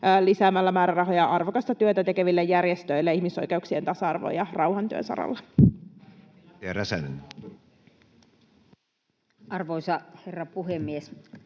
lisäämällä määrärahoja arvokasta työtä tekeville järjestöille ihmisoikeuksien, tasa-arvon ja rauhantyön saralla. [Speech 26] Speaker: